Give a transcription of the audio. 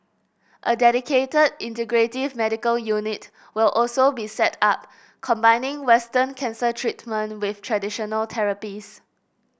a dedicated integrative medical unit will also be set up combining Western cancer treatment with traditional therapies